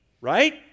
Right